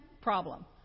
problem